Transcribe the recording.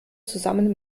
zusammen